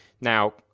Now